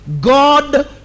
God